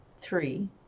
three